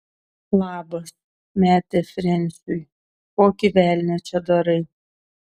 labas metė frensiui kokį velnią čia darai